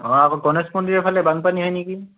অ' গণেশ মন্দিৰৰ ফালে বানপানী হয় নেকি